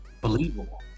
believable